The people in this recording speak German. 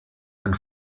den